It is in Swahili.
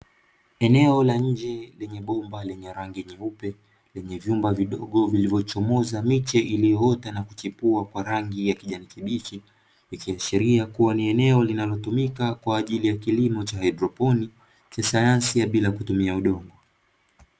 Eneo la nje lenye bomba lenye rangi nyeupe lenye vumba vidogo vilivyochomoza miche iliyoota na kuchipua kwa rangi ya kijani kibichi ikiashiria kuwa ni eneo linalotumika kwa ajili ya kilimo cha haidroponi cha sayansi ya bila kutumia udongo.